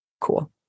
Cool